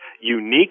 unique